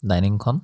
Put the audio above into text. ডাইনিংখন